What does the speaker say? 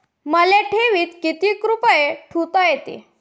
मले ठेवीत किती रुपये ठुता येते?